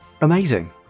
Amazing